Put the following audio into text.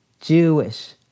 Jewish